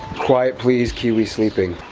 quiet please, kiwi sleeping.